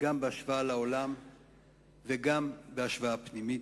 חברי חברי הכנסת, מכובדי השרים ובראשם שר החינוך,